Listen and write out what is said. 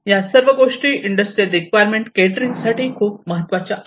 या सर्व गोष्टी इंडस्ट्रियल रिक्वायरमेंट केटरिंग साठी खूप महत्त्वाच्या आहेत